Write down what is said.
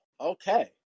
Okay